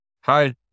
Hi